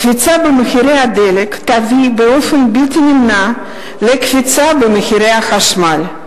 קפיצה במחירי הדלק תביא באופן בלתי נמנע לקפיצה במחירי החשמל.